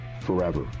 forever